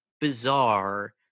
bizarre